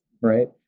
right